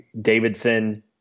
Davidson